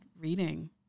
reading